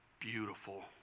beautiful